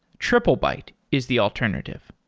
triplebyte is the alternative.